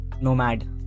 nomad